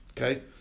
okay